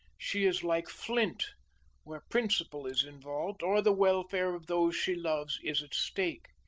she is like flint where principle is involved or the welfare of those she loves is at stake.